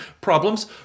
problems